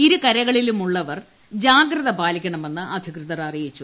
ഇരുകരകളിലും ഉള്ളവർ ജാഗ്രത പാലിക്കണമെന്ന് അധികൃതർ അറിയിച്ചു